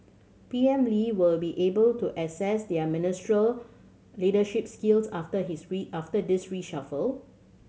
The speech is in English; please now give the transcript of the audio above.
P M Lee will be able to assess their ministerial leadership skills after his after this reshuffle